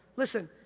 listen,